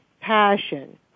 passion